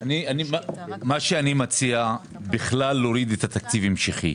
אני מציע להוריד בכלל את התקציב ההמשכי.